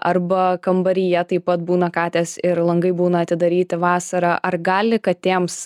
arba kambaryje taip pat būna katės ir langai būna atidaryti vasarą ar gali katėms